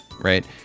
right